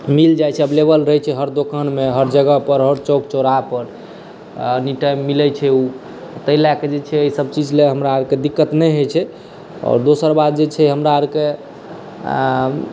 मिल जाइ छै एवलेबल रहै छै हर दोकानमे हर जगह पर हर चौक चौराहा पर एनी टाइम मिलै छै ओ तैं लए कऽ जे छै एहिसभ चीज लऽ हमरा आरके दिक्कत नहि होइ छै आओर दोसर बात जे छै हमरा आरके